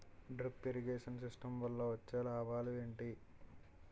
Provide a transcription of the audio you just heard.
Drip irrigation system వల్ల వచ్చే లాభాలు ఏంటి?